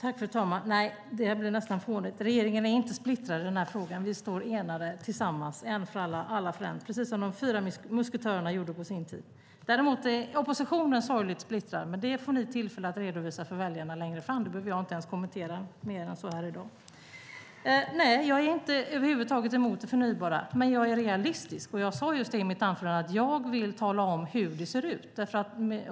Fru talman! Det blir nästan fånigt. Regeringen är inte splittrad i den här frågan. Vi står enade tillsammans, en för alla, alla för en, precis som de fyra musketörerna gjorde på sin tid. Däremot är oppositionen sorgligt splittrad. Men det får ni tillfälle att redovisa för väljarna längre fram, och det behöver jag inte kommentera mer än så här i dag. Nej, jag är över huvud taget inte emot det förnybara. Men jag är realistisk. Jag sade just i mitt anförande att jag vill tala om hur det ser ut.